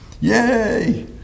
Yay